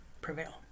prevail